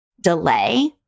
delay